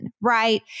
right